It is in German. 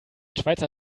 schweizer